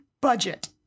budget